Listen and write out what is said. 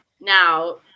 Now